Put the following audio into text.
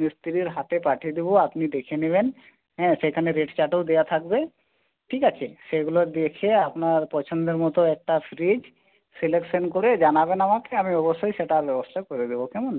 মিস্ত্রির হাতে পাঠিয়ে দেব আপনি দেখে নেবেন হ্যাঁ সেখানে রেট চার্টও দেওয়া থাকবে ঠিক আছে সেইগুলো দেখে আপনার পছন্দের মত একটা ফ্রিজ সিলেকশান করে জানাবেন আমাকে আমি অবশ্যই সেটার ব্যবস্থা করে দেব কেমন